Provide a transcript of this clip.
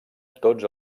tots